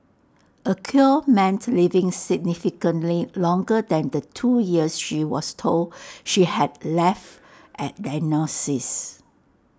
A cure meant living significantly longer than the two years she was told she had left at diagnosis